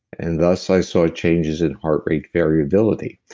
and thus, i saw changes in heart rate variability.